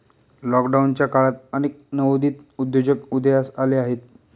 लॉकडाऊनच्या काळात अनेक नवोदित उद्योजक उदयास आले आहेत